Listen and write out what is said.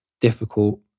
difficult